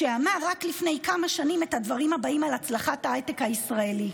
שאמר רק לפני כמה שנים את הדברים הבאים על הצלחת ההייטק הישראלי,